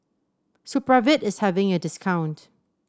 supravit is having a discount